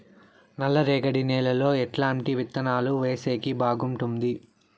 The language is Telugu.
నల్లరేగడి నేలలో ఎట్లాంటి విత్తనాలు వేసేకి బాగుంటుంది?